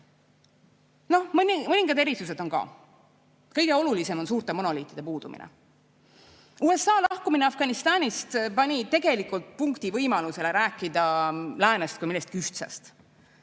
sõnaõigust. Mõningad erisused on ka. Kõige olulisem on suurte monoliitide puudumine. USA lahkumine Afganistanist pani tegelikult punkti võimalusele rääkida läänest kui millestki ühtsest.